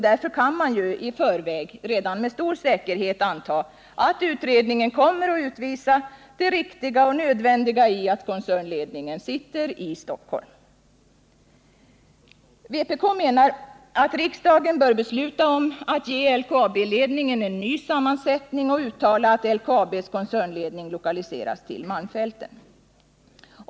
Därför kan man redan i förväg med stor säkerhet anta att utredningen kommer att visa det riktiga och nödvändiga i att koncernledningen finns i Stockholm. Vpk menar att riksdagen bör besluta att ge LKAB-ledningen en ny sammansättning och uttala att LKAB:s koncernledning bör lokaliseras till malmfälten.